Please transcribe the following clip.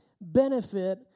benefit